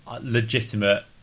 legitimate